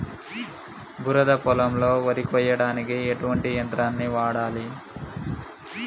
బురద పొలంలో వరి కొయ్యడానికి ఎటువంటి యంత్రాన్ని వాడాలి?